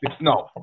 No